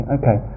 okay